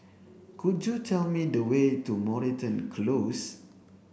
could you tell me the way to Moreton Close